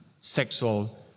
sexual